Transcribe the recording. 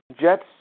Jets